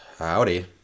Howdy